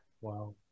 Wow